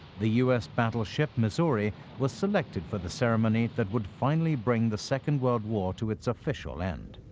the u s. battleship missouri was selected for the ceremony that would finally bring the second world war to its official end.